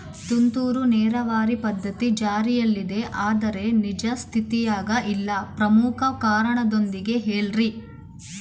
ತುಂತುರು ನೇರಾವರಿ ಪದ್ಧತಿ ಜಾರಿಯಲ್ಲಿದೆ ಆದರೆ ನಿಜ ಸ್ಥಿತಿಯಾಗ ಇಲ್ಲ ಪ್ರಮುಖ ಕಾರಣದೊಂದಿಗೆ ಹೇಳ್ರಿ?